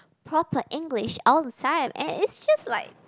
proper English all the time and it's just like